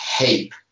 heap